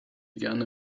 gerne